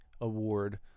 award